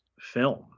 film